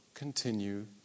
continue